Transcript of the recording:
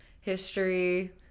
history